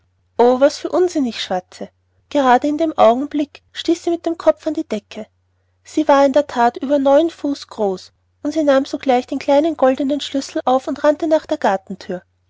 oh was für unsinn ich schwatze gerade in dem augenblick stieß sie mit dem kopf an die decke sie war in der that über neun fuß groß und sie nahm sogleich den kleinen goldenen schlüssel auf und rannte nach der gartenthür